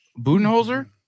Budenholzer